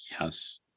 Yes